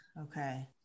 Okay